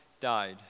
died